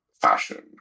fashion